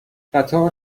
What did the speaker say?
قطار